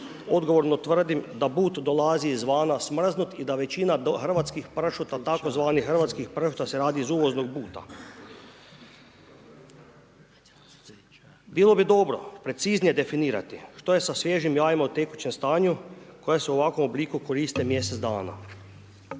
odgovorno tvrdim da put dolazi iz vana smrznut, da većina hrvatskih pršuta, tzv. hrvatskog pršuta, se radi iz uvoznog buta. Bilo bi dobro preciznije definirati što je sa sviježim jajima u tekućem stanju, koja se u ovakvom obliku koriste mjesec dana.